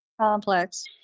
complex